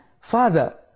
Father